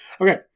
Okay